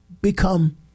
become